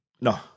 No